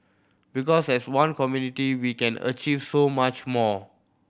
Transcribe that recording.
because as one community we can achieve so much more